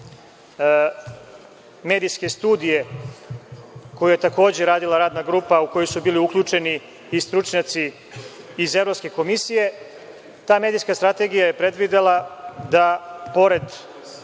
medijske studije koju je takođe radila radna grupa u koju su bili uključeni i stručnjaci iz Evropske komisije. Ta medijska strategija je predvidela da pored